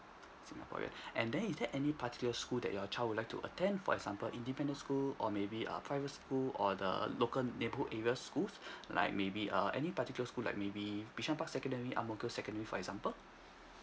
singaporean and then is there any particular school that your child would like to attend for example independent school or maybe a private school or the local neighbourhood area schools like maybe err any particular school like maybe bishan park secondary ang mo kio secondary for example